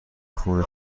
خون